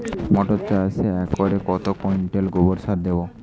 মটর চাষে একরে কত কুইন্টাল গোবরসার দেবো?